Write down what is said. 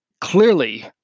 clearly